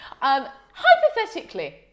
Hypothetically